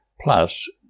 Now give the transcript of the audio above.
Plus